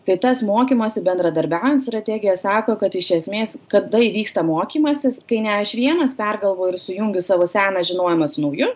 tai tas mokymosi bendradarbiaujant strategija sako kad iš esmės kada įvyksta mokymasis kai ne aš vienas pergalvoju ir sujungiu savo seną žinojimą su nauju